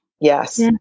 yes